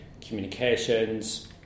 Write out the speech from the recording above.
communications